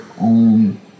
own